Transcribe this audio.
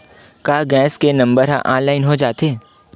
का गैस के नंबर ह ऑनलाइन हो जाथे?